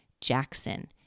Jackson